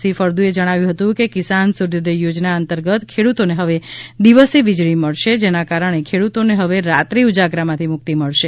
C Faldu એ જ ણાવ્યું હતું કે કિસાન સૂર્યોદય યોજના અંતર્ગત ખેડૂતોને હવે દિવસે વીજળી મળશે જેના કારણે ખેડૂતોને હવે રાત્રી ઉજાગરામાંથી મુક્તિ મળશે